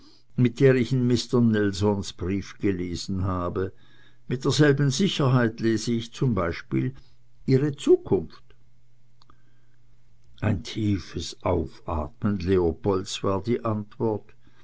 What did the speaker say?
mit der ich in mister nelsons brief gelesen habe mit derselben sicherheit lese ich zum beispiel ihre zukunft ein tiefes aufatmen leopolds war die antwort